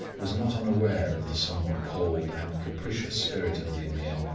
was not unaware of the somewhat cold and capricious spirit of the ameer,